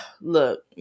Look